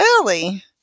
early